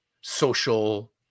social